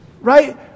right